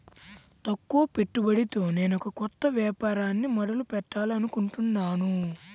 తక్కువ పెట్టుబడితో నేనొక కొత్త వ్యాపారాన్ని మొదలు పెట్టాలనుకుంటున్నాను